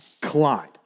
collide